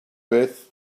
beth